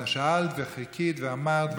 שאלת וחיכית ואמרת.